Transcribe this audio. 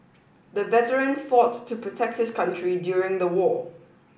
the veteran fought to protect his country during the war